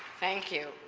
thank you.